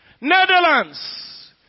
Netherlands